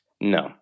No